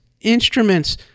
instruments